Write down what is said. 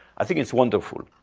i think it's wonderful.